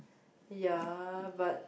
ya but